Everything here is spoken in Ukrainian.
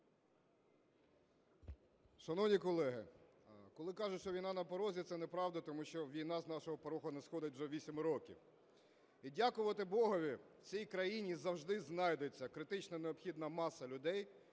Шановні колеги, коли кажуть, що війна на порозі, це неправда, тому що війна з нашого порогу не сходить вже вісім років, і, дякувати Богові, в цій країні завжди знайдеться критично необхідна маса людей,